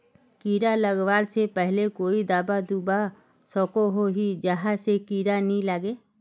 कीड़ा लगवा से पहले कोई दाबा दुबा सकोहो ही जहा से कीड़ा नी लागे?